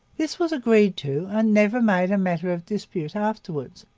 this was agreed to and never made a matter of dispute afterwards.